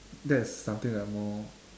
that's something that I'm more